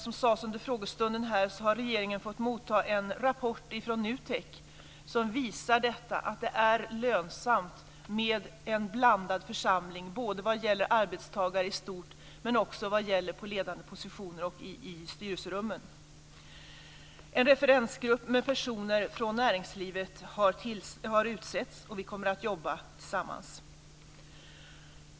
Som sades under frågestunden här har regeringen fått motta en rapport från NUTEK som visar att det är lönsamt med en blandad församling, både vad gäller arbetstagare i stort och vad gäller på ledande positioner och i styrelserummen. En referensgrupp med personer från näringslivet har utsetts och vi kommer att jobba tillsammans.